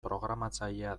programatzailea